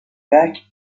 back